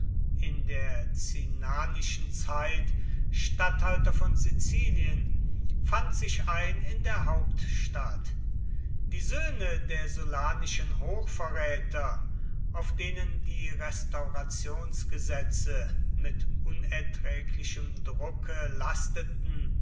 in der cinnanischen zeit statthalter von sizilien fand sich ein in der hauptstadt die söhne der sullanischen hochverräter auf denen die restaurationsgesetze mit unerträglichem drucke lasteten